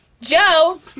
Joe